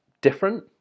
different